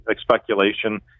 speculation